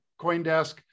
Coindesk